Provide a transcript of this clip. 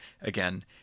again